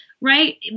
right